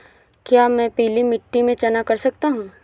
क्या मैं पीली मिट्टी में चना कर सकता हूँ?